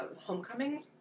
Homecoming